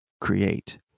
create